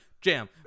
jam